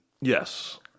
Yes